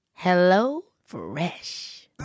HelloFresh